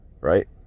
right